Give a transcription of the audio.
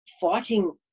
fighting